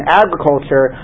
agriculture